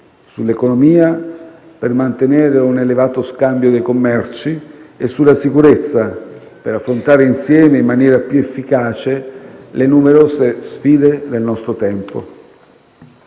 cittadini, per mantenere un elevato scambio dei commerci, e sulla sicurezza, per affrontare insieme in maniera più efficace le numerose sfide del nostro tempo.